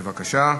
בבקשה.